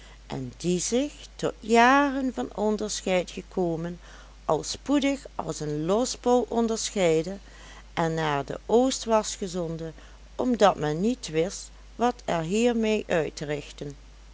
en die zich tot jaren van onderscheid gekomen al spoedig als een losbol onderscheidde en naar de oost was gezonden omdat men niet wist wat er hier